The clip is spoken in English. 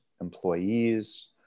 employees